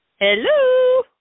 Hello